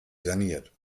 saniert